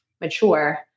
mature